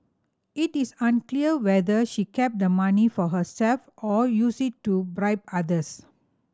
it is unclear whether she kept the money for herself or used it to bribe others